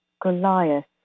Goliath